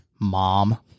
Mom